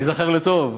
ייזכר לטוב,